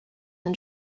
and